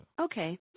Okay